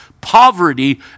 poverty